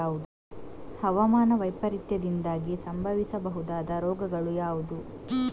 ಹವಾಮಾನ ವೈಪರೀತ್ಯದಿಂದಾಗಿ ಸಂಭವಿಸಬಹುದಾದ ರೋಗಗಳು ಯಾವುದು?